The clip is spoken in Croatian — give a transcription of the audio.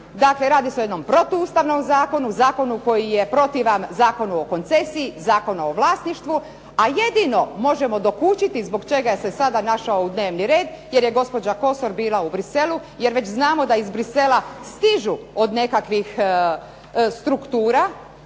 Dakle, radi se o jednom protuustavnom zakonu, zakonu koji je protivan Zakonu o koncesiju, Zakonu o vlasništvu, a jedino može dokučiti zbog čega se sada našao u dnevnom redu, jer je gospođa Kosor bila u Bruxellesu, jer već znamo da iz Bruxellesa stižu od nekakvih struktura